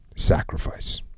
sacrifice